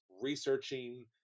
researching